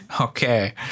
Okay